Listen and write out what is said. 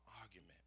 argument